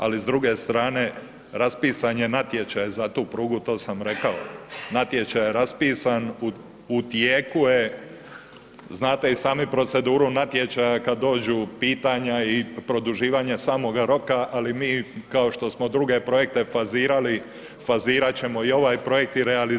Ali s druge strane raspisan je natječaj za tu prugu, to sam rekao, natječaj je raspisan, u tijeku je, znate i sami proceduru natječaja, kad dođu pitanja i produživanja samoga roka, ali mi kao što smo druge projekte fazirali, fazirat ćemo i ovaj projekt i realizirat ta sredstva.